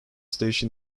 station